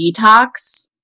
Detox